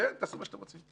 כן, תעשו מה שאתם רוצים.